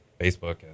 Facebook